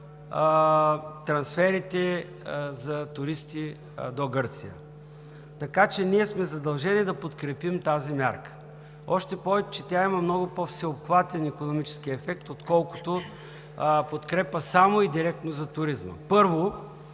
трансферите за туристи до Гърция. Така че ние сме задължени да подкрепим тази мярка. Още повече че тя има много по-всеобхватен икономически ефект, отколкото подкрепа само и директно за туризма. Първо,